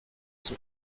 zum